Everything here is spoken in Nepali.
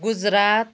गुजरात